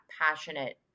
passionate